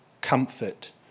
comfort